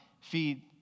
feed